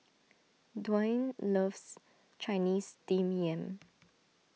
Dwaine loves Chinese Steamed Yam